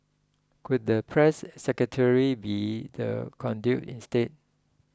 could the press secretary be the conduit instead